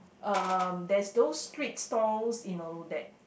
um there's those street stalls you know that